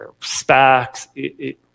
SPACs